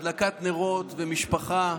הדלקת נרות ומשפחה,